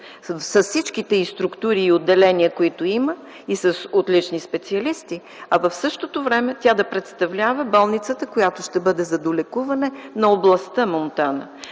с всичките й структури и отделения, които има, и с отлични специалисти, а в същото време тя да представлява болницата, която ще бъде за долекуване на областта Монтана.